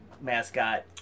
Mascot